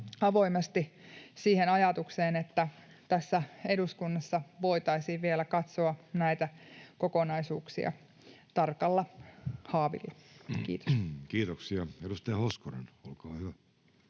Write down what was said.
avoimesti siihen ajatukseen, että tässä eduskunnassa voitaisiin vielä katsoa näitä kokonaisuuksia tarkalla haavilla. — Kiitos. Kiitoksia. — Edustaja Hoskonen, olkaa hyvä.